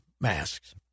masks